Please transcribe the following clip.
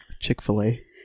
Chick-fil-A